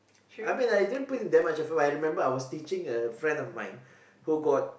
I mean I didn't put in that much effort but I remember I as teaching a friend of mine who got